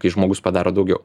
kai žmogus padaro daugiau